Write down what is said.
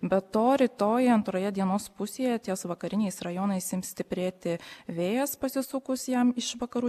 be to rytoj antroje dienos pusėje ties vakariniais rajonais ims stiprėti vėjas pasisukus jam iš vakarų